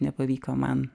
nepavyko man